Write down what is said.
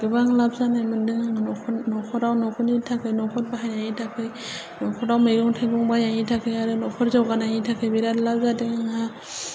गोबां लाभ जानाय मोन्दों आङो नखराव नखरनि थाखाय नखर बाहायनायनि थाखाय नखराव मैगं थाइरगं बायनायनि थाखाय आरो नखर जौगानायनि थाखाय बिराथ लाभ जादों आंहा